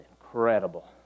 incredible